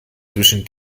zwischen